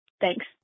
Thanks